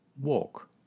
walk